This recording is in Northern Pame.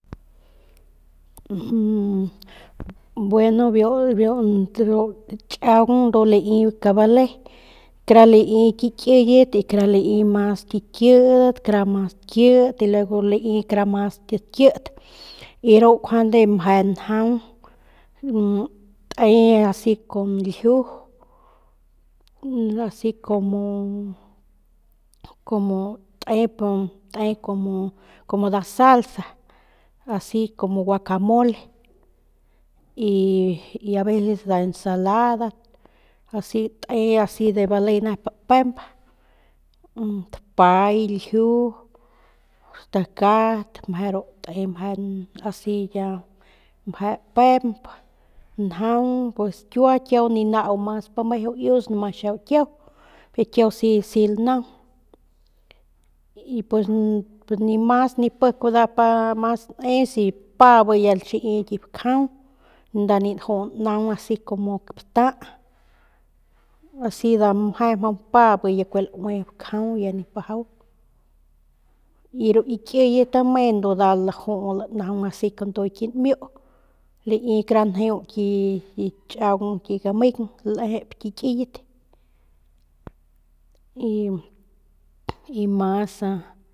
bueno biu ndru chaung ndu lai kabale kara lai ki kiyet y kara lai mas ki kit y luego lai kara mas kit kit y ru njuande meje njaung te asi kun lju asi como como te te como nda salsa asi como guacamole y aveces nda ensalada si te asi de bale nep pemp dapay lju stakat meje ru tep meje asi ya meje pemp njaung pues kua kiau ni nau mas pi meju xau kiau y kiau si si lanaung pues ni mas ni pik pa ne si si mpa be ya xii ki bakjau nda ni nju naung asi como bata asi nda nmje mjau mpa bi ya kue laui bakjau bi ya nip bajau y ru ki kiyet ame ndu nda laju lanaung asi kanduky nmiu lai kaki njeu nchaung gamen lejemp ki kiyet y mas.